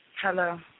Hello